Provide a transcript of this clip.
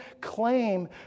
claim